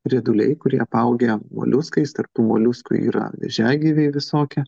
rieduliai kurie apaugę moliuskais tarp tų moliuskų yra vėžiagyviai visokie